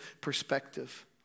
perspective